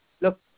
look